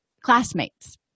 classmates